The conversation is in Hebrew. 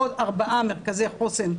עוד ארבעה מרכזי חוסן.